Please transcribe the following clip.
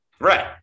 Right